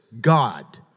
God